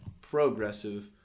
progressive